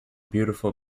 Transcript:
beautiful